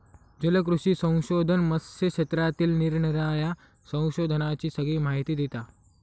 जलकृषी संशोधन मत्स्य क्षेत्रातील निरानिराळ्या संशोधनांची सगळी माहिती देता